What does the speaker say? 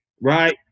right